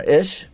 ish